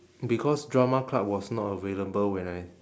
because drama club was not available when I